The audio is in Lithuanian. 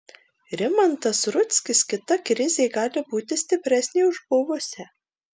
rimantas rudzkis kita krizė gali būti stipresnė už buvusią